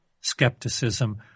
skepticism